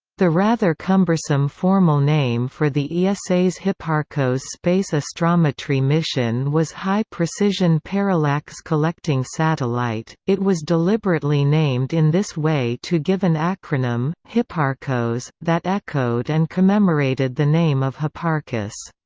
the rather cumbersome formal name for the esa's hipparcos space astrometry mission was high precision parallax collecting satellite it was deliberately named in this way to give an acronym, hipparcos, that echoed and commemorated the name of hipparchus.